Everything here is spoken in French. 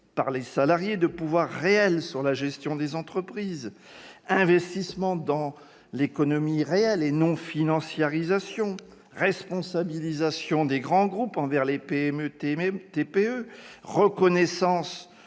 par les salariés de pouvoirs réels dans la gestion des entreprises, investissement dans l'économie réelle plutôt que financiarisation, responsabilisation des grands groupes envers les PME et TPE, reconnaissance